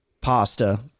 pasta